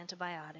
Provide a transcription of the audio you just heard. antibiotic